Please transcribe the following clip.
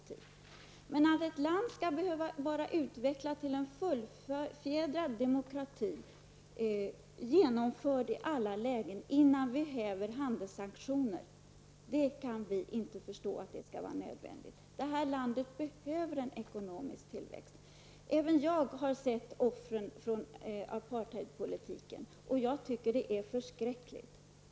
Men vi kan inte förstå att det skall vara nödvändigt att ett land skall behöva vara utvecklat till en fullfjädrad demokrati, genomförd i alla delar, innan vi häver sanktionen. Sydafrika behöver en ekonomisk tillväxt. Även jag har mött offren för apartheidpolitiken och det var förskräckligt.